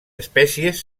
espècies